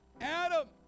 Adam